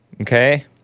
Okay